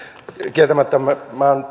kieltämättä minä olen